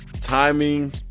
timing